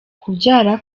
kubyara